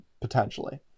potentially